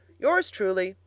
yours truly,